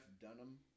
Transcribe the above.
Dunham